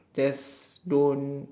just don't